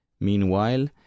Meanwhile